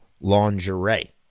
lingerie